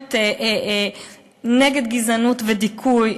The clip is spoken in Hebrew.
לוחמת נגד גזענות ודיכוי.